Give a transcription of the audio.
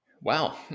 Wow